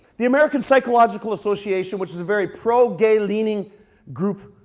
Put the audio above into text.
the american psychological association, which is a very pro-gay leaning group,